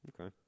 okay